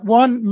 one